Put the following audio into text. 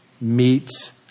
meets